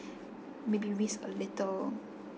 maybe whizz a little